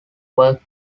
worked